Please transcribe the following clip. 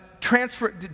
transfer